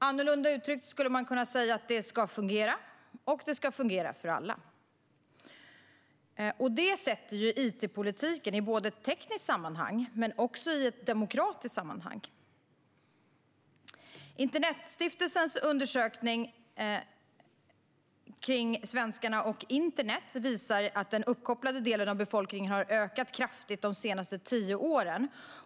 Annorlunda uttryckt skulle man kunna säga att det ska fungera, och det ska fungera för alla. Detta sätter it-politiken i både ett tekniskt och ett demokratiskt sammanhang. Internetstiftelsens undersökning Svenskarna och internet visar att den uppkopplade delen av befolkningen har ökat kraftigt de senaste tio åren.